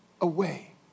away